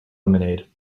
lemonade